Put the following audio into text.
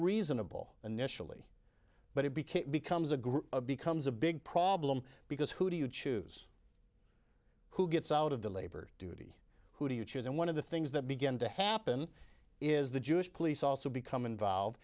reasonable initially but it became becomes a group of becomes a big problem because who do you choose who gets out of the labor duty who do you choose and one of the things that begin to happen is the jewish police also become involved